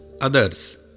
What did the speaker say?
others